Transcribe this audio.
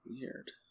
weird